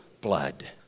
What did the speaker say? blood